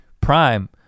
prime